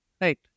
Right